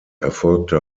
erfolgte